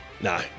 No